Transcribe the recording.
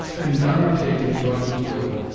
and none are taken but who will,